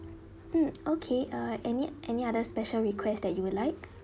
mm okay uh any any other special request that you would like